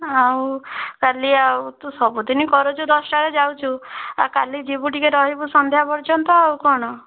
ଆଉ କାଲି ଆଉ ତୁ ସବୁଦିନ କରୁଛୁ ଦଶଟାବେଳେ ଯାଉଛୁ କାଲି ଯିବୁ ଟିକିଏ ରହିବୁ ସନ୍ଧ୍ୟା ପର୍ଯ୍ୟନ୍ତ ଆଉ କ'ଣ